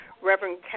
Reverend